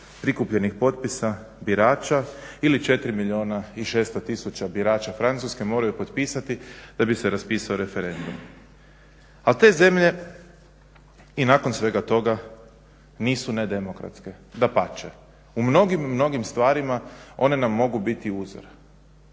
prikupljenih potpisa birača ili 4 600 tisuća birača Francuske moraju potpisati da bi se raspisao referendum. A te zemlje i nakon svega toga nisu nedemokratske, dapače u mnogim, mnogim stvarima one nam mogu biti uzor.